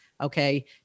Okay